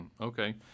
okay